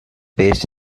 based